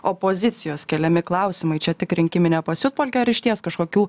opozicijos keliami klausimai čia tik rinkiminė pasiutpolkė ar išties kažkokių